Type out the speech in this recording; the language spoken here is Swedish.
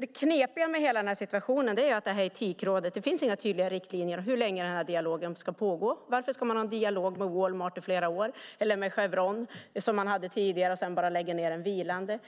Det knepiga med Etikrådet är att det inte finns några tydliga riktlinjer för hur länge dialogen ska pågå. Varför ska det vara en dialog med Walmart eller med Chevron under flera år för att sedan låta den bli vilande?